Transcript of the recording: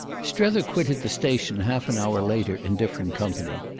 strether quitted the station half an hour later in different company.